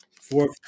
Fourth